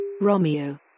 Romeo